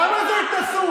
זה התנשאות, למה זו התנשאות?